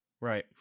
right